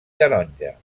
taronja